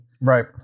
Right